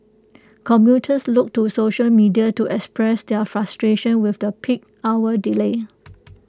commuters took to social media to express their frustration with the peak hour delay